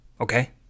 Okay